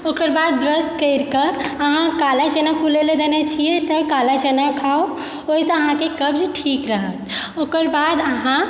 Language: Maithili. ओकर बाद ब्रश करिके अहाँ काला चना फुलय लए देने छियै तऽ काला चना खाउ ओहिसँ अहाँकें कब्ज ठीक रहत ओकर बाद अहाँ